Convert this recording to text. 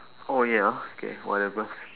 oh ya okay whatever